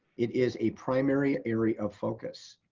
it is a primary area of focus.